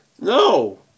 no